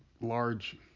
Large